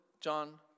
John